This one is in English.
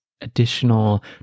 additional